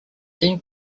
then